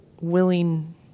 willing